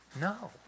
No